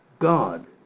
God